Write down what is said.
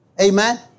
Amen